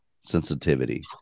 sensitivity